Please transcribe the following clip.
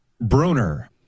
Bruner